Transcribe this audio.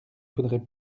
faudrait